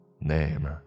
Name